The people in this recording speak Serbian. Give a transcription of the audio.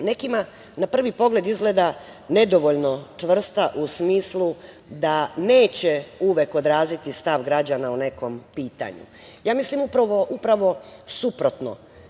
nekima na prvi pogled izgleda nedovoljno čvrsta u smislu da neće uvek odraziti stav građana o nekom pitanju. Ja mislim upravo suprotno.